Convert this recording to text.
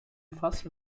faço